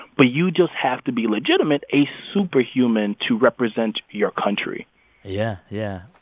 but you just have to be legitimate a superhuman to represent your country yeah. yeah.